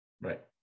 Right